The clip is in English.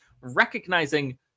Recognizing